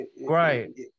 right